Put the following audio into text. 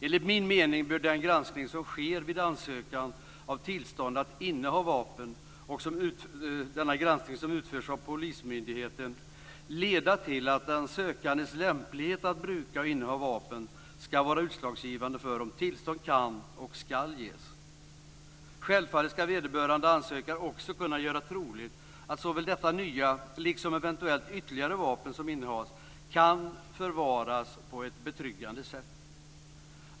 Enligt min mening bör i samband med den granskning som sker vid ansökan om tillstånd för att inneha vapen - en granskning som utförs av polismyndigheten - den sökandes lämplighet att bruka och inneha vapen vara utslagsgivande för om tillstånd kan och ska ges. Självfallet ska vederbörande ansökare också kunna göra troligt att såväl det nya vapnet som eventuellt ytterligare vapen som innehas kan förvaras på ett betryggande sätt.